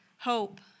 hope